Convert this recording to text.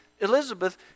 Elizabeth